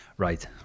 Right